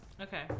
Okay